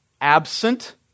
absent